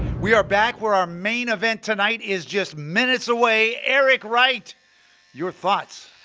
we are back where our main event tonight is just minutes away eric right your thoughts?